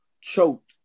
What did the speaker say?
choked